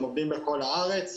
הם עובדים בכל הארץ.